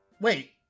Wait